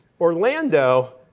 orlando